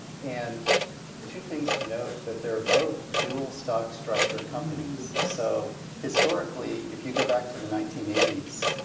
and two things to note. that they're both dual stock structure companies. so historically if you go back to the nineteen eighty s,